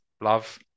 love